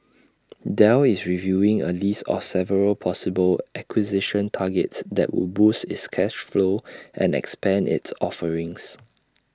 Dell is reviewing A list of several possible acquisition targets that would boost its cash flow and expand its offerings